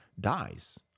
dies